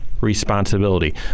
responsibility